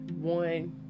one